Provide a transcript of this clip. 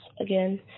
again